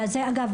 אגב,